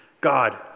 God